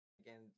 again